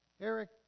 Eric